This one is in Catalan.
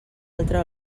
altra